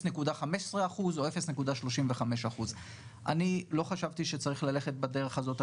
ל-0.15% או 0.35%. אני לא חשבתי שצריך ללכת בדרך הזאת.